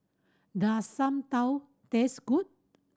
does Sam tau taste good